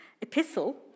Epistle